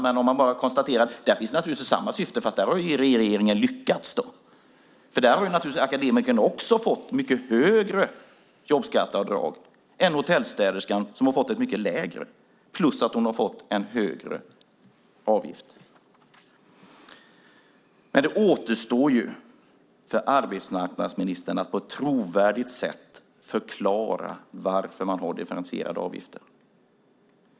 Man kan dock konstatera att syftet där naturligtvis är detsamma, och där har ju regeringen lyckats eftersom akademikern fått mycket högre jobbskatteavdrag än hotellstäderskan samtidigt som hotellstäderskan fått en högre avgift. Det återstår för arbetsmarknadsministern att på ett trovärdigt sätt förklara varför man har differentierade avgifter.